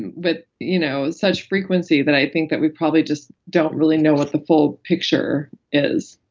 and with you know such frequency that i think that we probably just don't really know what the full picture is.